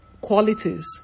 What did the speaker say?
qualities